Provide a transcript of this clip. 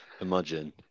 Imagine